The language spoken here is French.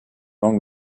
longue